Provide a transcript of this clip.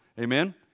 amen